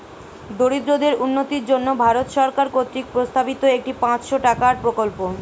দরিদ্রদের উন্নতির জন্য ভারত সরকার কর্তৃক প্রস্তাবিত একটি পাঁচশো টাকার প্রকল্প